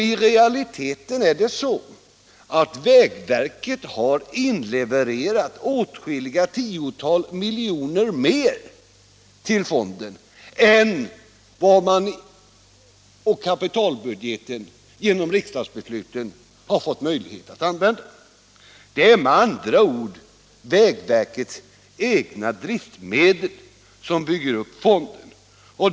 I realiteten har alltså vägverket inlevererat åtskilliga tiotal miljoner mer till fonden än man på kapitalbudgeten och genom riksdagsbeslut har fått möjlighet att använda. Det är med andra ord vägverkets egna driftmedel som bygger upp fonden.